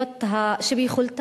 הוא מהבוקר, מה בוקר?